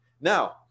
Now